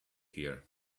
here